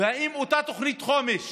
והאם אותה תוכנית חומש